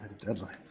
Deadlines